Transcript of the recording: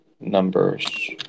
numbers